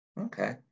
Okay